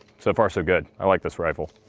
so far so good. i like this rifle.